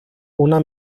una